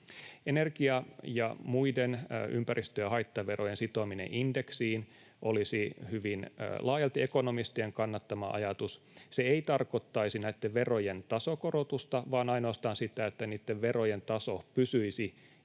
Energia- ja muiden ympäristö- ja haittaverojen sitominen indeksiin olisi hyvin laajalti ekonomistien kannattama ajatus. Se ei tarkoittaisi näitten verojen tasokorotusta, vaan ainoastaan sitä, että niitten verojen taso pysyisi entisellään.